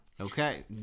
Okay